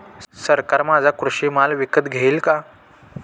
सरकार माझा कृषी माल विकत घेईल का?